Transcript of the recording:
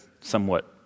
somewhat